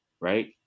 right